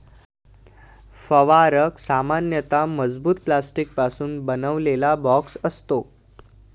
फवारक हा सामान्यतः मजबूत प्लास्टिकपासून बनवलेला बॉक्स असतो